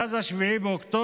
מאז 7 באוקטובר,